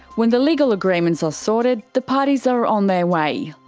when the legal agreements are sorted, the parties are on their way.